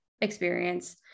experience